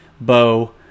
bow